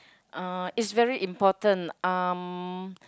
uh it's very important um